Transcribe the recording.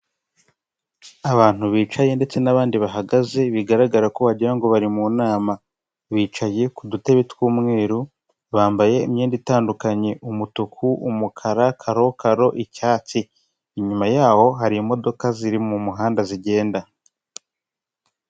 Abantu bicaye ndetse n'abandi bahagaze bigaragara ko wagira ngo bari mu nama, bicaye ku dutebe tw'umweru bambaye imyenda itandukanye umutuku, umukara, karokaro, icyatsi inyuma yabo hari imodoka ziri mu muhanda zigenda.